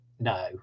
No